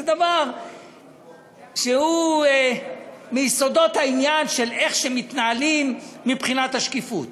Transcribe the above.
זה דבר שהוא מיסודות העניין של איך מתנהלים מבחינת השקיפות.